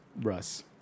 Russ